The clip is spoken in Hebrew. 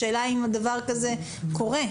השאלה היא אם דבר כזה קורה.